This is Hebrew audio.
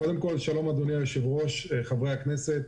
שלום אדוני היושב-ראש, חברי הכנסת,